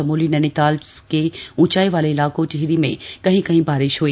चमोली नैनीताल के ऊंचाई वाले इलाकों टिहरी में कहीं कहीं बारिश हई